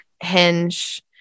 hinge